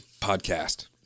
podcast